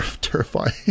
terrifying